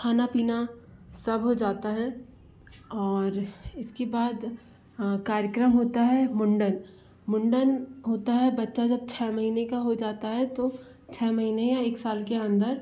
खाना पीना सब हो जाता है और इसके बाद कार्यक्रम होता है मुंडन मुंडन होता है बच्चा जब छः महीने का हो जाता है तो छः महीने या एक साल के अंदर